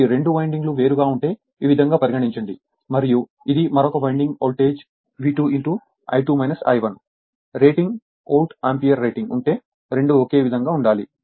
ఈ 2 వైండింగ్లు వేరుగా ఉంటే ఈ విధంగా పరిగణించండి మరియు ఇది మరొక winding voltage V2 I2 I1 rating volt ampere rating ఉంటే రెండూ ఒకే విధంగా ఉండాలి